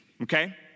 okay